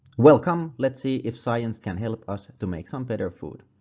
welcome! let's see if science can help us to make some better food.